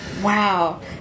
Wow